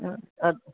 ಹಾಂ ಅದು